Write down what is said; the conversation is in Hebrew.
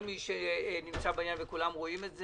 כל מי שנמצא, כולם רואים את זה.